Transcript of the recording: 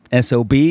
SOB